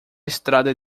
estrada